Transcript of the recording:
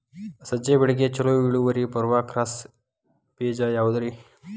ಸಜ್ಜೆ ಬೆಳೆಗೆ ಛಲೋ ಇಳುವರಿ ಬರುವ ಕ್ರಾಸ್ ಬೇಜ ಯಾವುದ್ರಿ?